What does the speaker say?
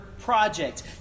Project